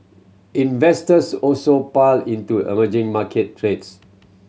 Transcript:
investors also piled into emerging market trades